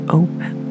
open